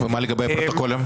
מה לגבי הפרוטוקולים?